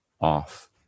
off